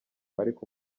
ariko